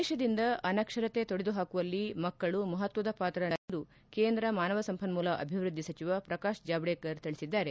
ದೇಶದಿಂದ ಅನಕ್ಷರತೆ ತೊಡೆದುಹಾಕುವಲ್ಲಿ ಮಕ್ಕಳು ಮಹತ್ವದ ಪಾತ್ರ ನಿರ್ವಹಿಸುತ್ತಾರೆ ಎಂದು ಕೇಂದ್ರ ಮಾನವ ಸಂಪನ್ಣೂಲ ಅಭಿವೃದ್ಧಿ ಸಚಿವ ಪ್ರಕಾಶ್ ಜಾವಡೇಕರ್ ತಿಳಿಸಿದ್ದಾರೆ